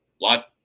lot –